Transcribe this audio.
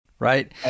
Right